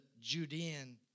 Judean